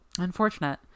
Unfortunate